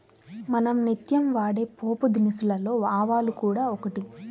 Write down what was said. మనం నిత్యం వాడే పోపుదినుసులలో ఆవాలు కూడా ఒకటి